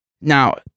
Now